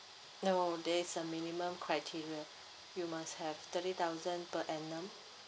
no there is minimum criteria you must have thirty thousand per annum